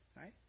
Right